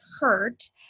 hurt